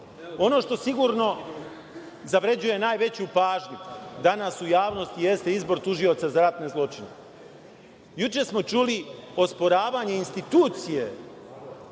što sigurno zavređuje najveću pažnju danas u javnost jeste izbor tužioca za ratne zločine. Juče smo čuli osporavanje institucije